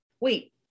wait